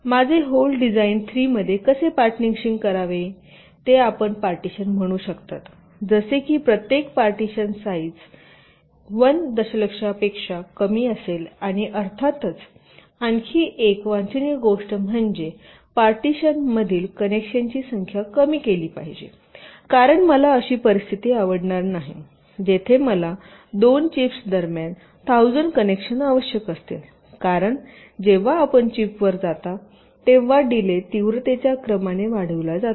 माझे whole design 3 मध्ये कसे पार्टिशनिंग करावे ते आपण पार्टिशन म्हणू शकता जसे की प्रत्येक पार्टिशन साईज 1 दशलक्षापेक्षा कमी असेल आणि अर्थातच आणखी एक वांछनीय गोष्ट म्हणजे पार्टिशनमधील कनेक्शनची संख्या कमी केली पाहिजे कारण मला अशी परिस्थिती आवडणार नाही जिथे मला 2 चिप्स दरम्यान 1000 कनेक्शन आवश्यक असतील कारण जेव्हा आपण चिप वर जाता तेव्हा डिले तीव्रतेच्या क्रमाने वाढविला जातो